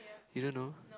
you don't know